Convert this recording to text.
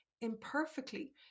imperfectly